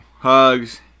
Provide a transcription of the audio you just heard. hugs